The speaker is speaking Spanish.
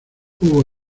hubo